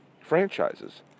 franchises